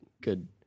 good